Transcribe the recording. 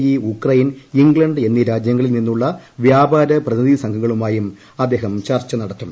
E Ukraine England എന്നീ രാജ്യങ്ങളിൽ നിന്നുള്ള വ്യാപാര പ്രതിനിധി സംഘങ്ങളുമായും അദ്ദേഹം ചർച്ച നടത്തും